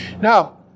Now